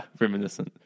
reminiscent